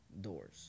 doors